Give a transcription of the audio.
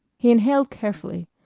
he inhaled carefully,